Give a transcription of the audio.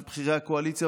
של בכירי הקואליציה,